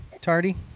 Tardy